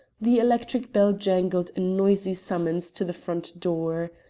the electric bell jangled a noisy summons to the front door.